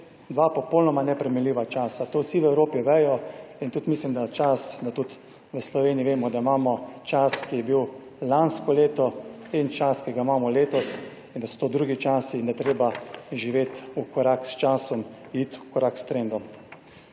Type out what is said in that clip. dva popolnoma neprimerljiva časa. To vsi v Evropi vejo in tudi mislim, da je čas, da tudi v Sloveniji vemo, da imamo čas, ki je bil lansko leto in čas, ki ga imamo letos in da so to drugi časi in da je treba živeti v korak s časom, iti v korak s trendom.